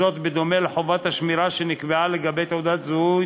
בדומה לחובת השמירה שנקבעה לגבי תעודות זהות